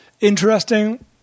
interesting